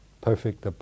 perfect